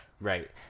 right